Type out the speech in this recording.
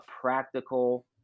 practical